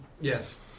Yes